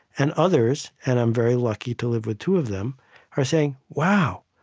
and others and i'm very lucky to live with two of them are saying, wow,